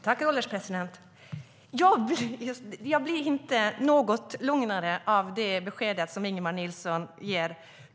Herr ålderspresident! Jag blir inte lugnare av det besked Ingemar Nilsson ger.